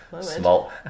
small